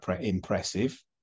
impressive